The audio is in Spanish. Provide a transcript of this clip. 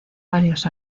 varios